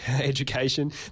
education